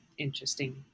Interesting